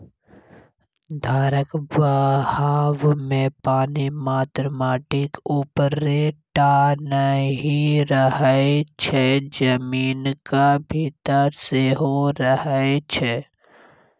धारक बहावमे पानि मात्र माटिक उपरे टा नहि रहय छै जमीनक भीतर सेहो रहय छै